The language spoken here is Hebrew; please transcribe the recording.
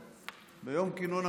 ביום כינון הממשלה,